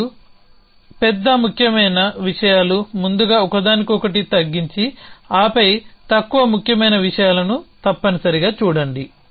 మరియు పెద్ద ముఖ్యమైన విషయాలను ముందుగా ఒకదానికొకటి తగ్గించి ఆపై తక్కువ ముఖ్యమైన విషయాలను తప్పనిసరిగా చూడండి